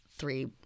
Three